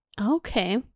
okay